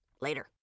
Later